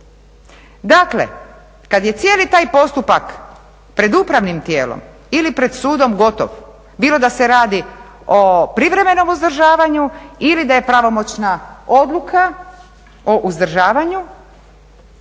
Dakle, kad je cijeli taj postupak pred upravnim tijelom ili pred sudom gotov, bilo da se radi o privremenom uzdržavanju ili da je pravomoćna odluka o uzdržavanju,